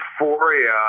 euphoria